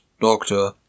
Doctor